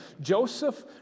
Joseph